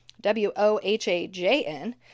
w-o-h-a-j-n